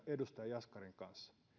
edustaja jaskarin kanssa